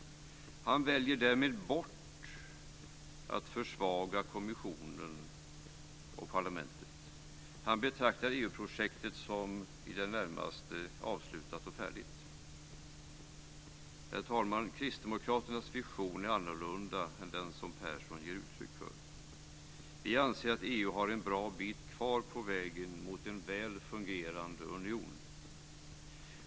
Han väljer därmed att försvaga kommissionen och parlamentet. Han betraktar EU-projektet som i det närmaste avslutat och färdigt. Herr talman! Kristdemokraternas vision är annorlunda än den som Persson gett uttryck för. Vi anser att EU har en bra bit kvar på vägen mot en väl fungerande union.